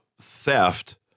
theft